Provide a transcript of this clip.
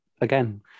again